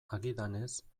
agidanez